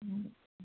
অ